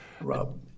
Rob